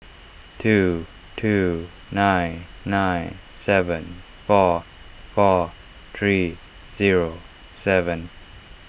two two nine nine seven four four three zero seven